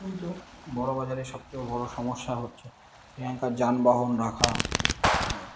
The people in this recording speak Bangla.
কিন্তু বড়বাজারে সবচেয়ে বড়ো সমস্যা হচ্ছে সেখানকার যানবাহন রাখা নিয়ে